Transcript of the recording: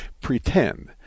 pretend